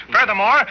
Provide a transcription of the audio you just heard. Furthermore